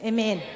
Amen